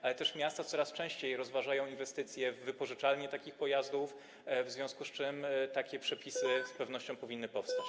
Również miasta coraz częściej rozważają inwestycje w wypożyczalnie takich pojazdów, w związku z czym takie przepisy z pewnością powinny powstać.